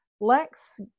Lex